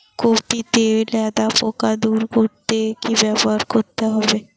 Copy তে লেদা পোকা দূর করতে কি ব্যবহার করতে হবে?